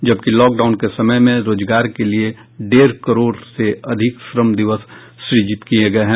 जबकि लॉकडाउन के समय में रोजगार के लिये डेढ़ करोड़ से अधिक श्रम दिवस सृजित किये गये हैं